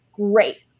great